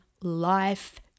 life